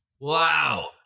Wow